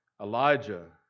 Elijah